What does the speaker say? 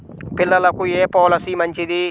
పిల్లలకు ఏ పొలసీ మంచిది?